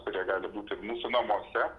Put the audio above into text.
kurie gali būti ir mūsų namuose